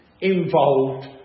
involved